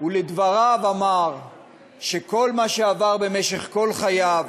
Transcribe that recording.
ולדבריו אמר שכל מה שעבר במשך כל חייו